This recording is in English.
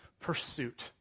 pursuit